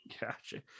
Gotcha